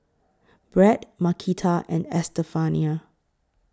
Brad Marquita and Estefania